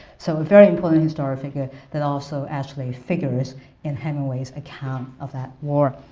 so a very important historical figure that also actually figures in hemingway's account of that war.